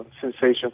sensation